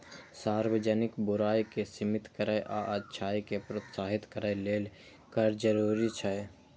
सार्वजनिक बुराइ कें सीमित करै आ अच्छाइ कें प्रोत्साहित करै लेल कर जरूरी छै